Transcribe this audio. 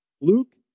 Luke